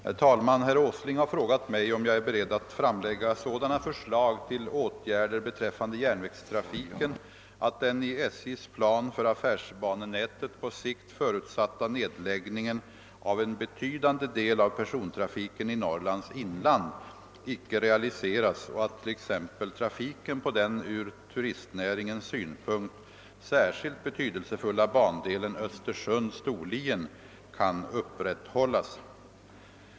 Herr talman! Herr Åsling har frågat mig, om jag är beredd att framlägga sådana förslag till åtgärder beträffande järnvägstrafiken att den i SJ:s plan för affärsbanenätet på sikt förutsatta nedläggningen av en betydande del av persontrafiken i Norrlands inland icke realiseras och att t.ex. trafiken på den ur turistnäringens synpunkt särskilt betydelsefulla bandelen Östersund—Storlien kan upprätthållas.